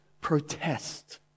protest